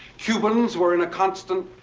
cubans were in a constant